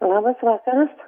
labas vakaras